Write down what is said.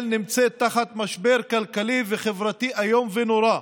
נמצאת תחת משבר כלכלי וחברתי איום ונורא,